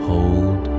Hold